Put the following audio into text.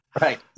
Right